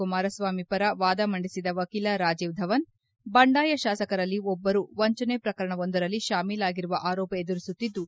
ಕುಮಾರಸ್ವಾಮಿ ಪರ ವಾದ ಮಂಡಿಸಿದ ವಕೀಲ ರಾಜೀವ್ ಧವನ್ ಬಂಡಾಯ ಶಾಸಕರಲ್ಲಿ ಒಬ್ಬರು ವಂಚನೆ ಪ್ರಕರಣವೊಂದರಲ್ಲಿ ಶಾಮೀಲಾಗಿರುವ ಆರೋಪ ಎದುರಿಸುತ್ತಿದ್ದು